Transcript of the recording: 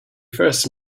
first